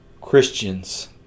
Christians